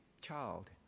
child